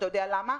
אתה יודע למה?